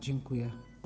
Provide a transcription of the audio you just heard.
Dziękuję.